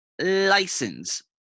license